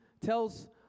tells